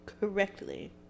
correctly